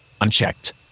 Unchecked